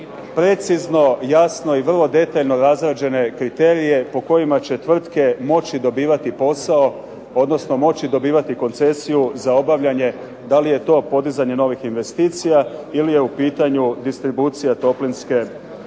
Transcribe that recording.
precizno, jasno i vrlo detaljno razrađene kriterije po kojima će tvrtke moći dobivati posao, odnosno moći dobivati koncesiju za obavljanje. Da li je to podizanje novih investicija ili je u pitanju distribucija toplinske energije.